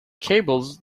cables